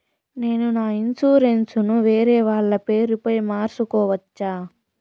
నేను నా ఇన్సూరెన్సు ను వేరేవాళ్ల పేరుపై మార్సుకోవచ్చా?